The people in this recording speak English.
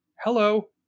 Hello